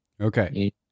Okay